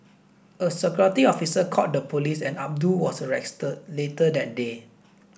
a security officer called the police and Abdul was arrested later that day